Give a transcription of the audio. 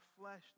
flesh